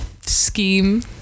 scheme